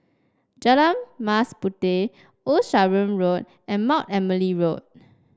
Jalan Mas Puteh Old Sarum Road and Mount Emily Road